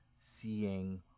seeing